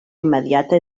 immediata